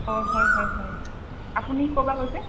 অ হয় হয় হয় আপুনি ক'ৰপৰা কৈছে